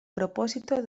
propósito